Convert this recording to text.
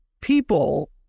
people